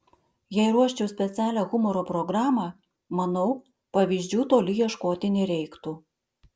jei ruoščiau specialią humoro programą manau pavyzdžių toli ieškoti nereiktų